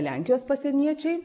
lenkijos pasieniečiai